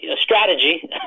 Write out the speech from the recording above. Strategy